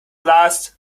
last